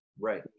Right